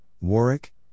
Warwick